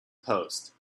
post